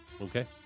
Okay